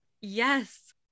yes